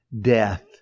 death